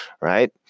right